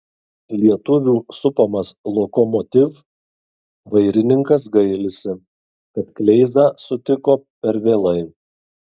lietuvių supamas lokomotiv vairininkas gailisi kad kleizą sutiko per vėlai